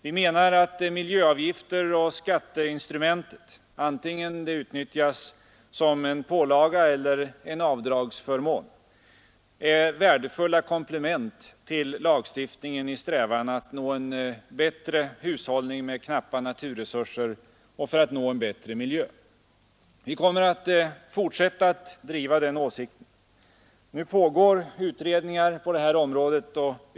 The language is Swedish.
Vi menar att miljöavgifter och skatteinstrumentet — vare sig det utnyttjas som pålaga eller i form av avdragsförmån — är värdefulla komplement till lagstiftningen i strävan att nå en bättre hushållning med knappa naturresurser och för att få en bättre miljö. Vi kommer att fortsätta att driva den åsikten. Nu pågår utredningar på detta område.